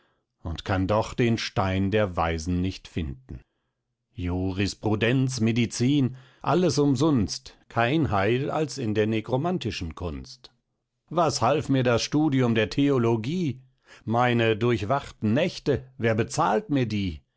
und kann doch den stein der weisen nicht finten jurisprudenz medicin alles umsunst kein heil als in der negromantischen kunst was half mir das studium der theologie meine durchwachten nächte wer bezahlt mir die